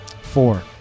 Four